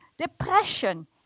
depression